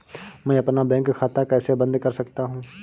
मैं अपना बैंक खाता कैसे बंद कर सकता हूँ?